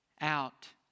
out